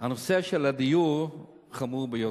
הנושא של הדיור חמור ביותר.